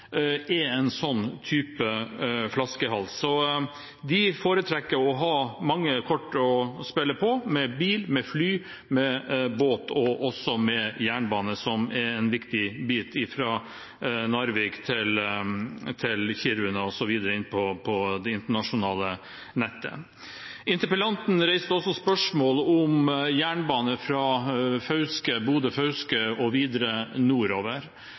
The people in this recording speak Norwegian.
er en sånn flaskehals. De foretrekker å ha mange kort å spille på, med bil, med fly, med båt og også med jernbane, som er viktig fra Narvik til Kiruna og så videre inn på det internasjonale nettet. Interpellanten reiste også spørsmål om jernbane fra Bodø/Fauske og videre nordover.